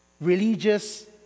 religious